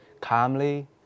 calmly